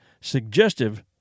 suggestive